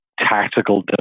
tactical